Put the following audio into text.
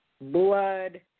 blood